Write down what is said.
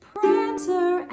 Prancer